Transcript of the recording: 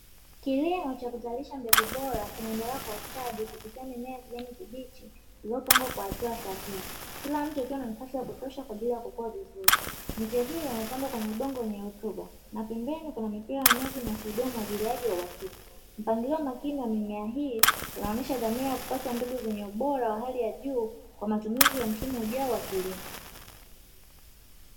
Kilimo cha kuzalisha mbegu bora kinaendelea kwa ustadi kupitia mimea ya kijani kibichi iliyopangwa kwa hatua sahihi kila mche ukiwa na nafasi ya kutosha kwaajili ya kukua vizuri miche hiyo imepandwa kwenye udongo wenye rutuba na pembeni kuna mipira ya maji inasahidia umwagiliaji wa uwakikia mpangilio makini wa mimea hii inaonesha dhamira ya kupata mbegu zenye ubora wa hali ya juu kwa matumizi ya msimu ujao wa kilimo.